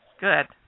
good